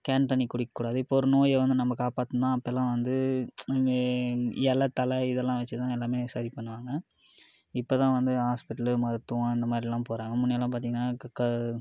can தண்ணி குடிக்கூடாது இப்போ ஒரு நோய் வந்து நம்ம காப்பாத்ததுனா அப்போல்லாம் வந்து நீங் எலை தழை இதெல்லாம் வெச்சு தான் எல்லாமே சரி பண்ணுவாங்க இப்போ தான் வந்து ஆஸ்பிட்டலு மருத்துவம் இந்த மாதிரிலாம் போகிறாங்க முன்னேலாம் பார்த்திங்கனா க கா